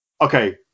okay